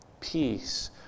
peace